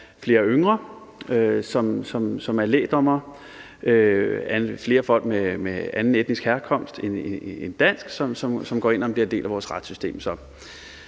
flere yngre lægdommere og flere folk med anden etnisk herkomst end dansk, som går ind og bliver en del af vores retssystem.